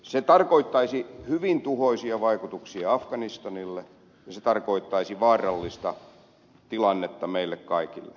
se tarkoittaisi hyvin tuhoisia vaikutuksia afganistanille ja se tarkoittaisi vaarallista tilannetta meille kaikille